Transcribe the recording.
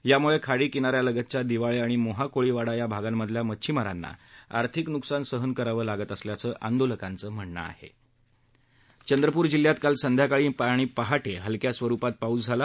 यामुळे खाडीकिनाऱ्यालगतच्या दिवाळे आणि मोहा कोळीवाडा या भागांमधल्या मच्छिमारांना आर्थिक नुकसान सहन करावं लागत असल्याचं आंदोलकांचं म्हणणं होतं चंद्रपूर जिल्ह्यात काल संध्याकाळी आणि पहाटे हलक्या स्वरुपात पाऊस झाला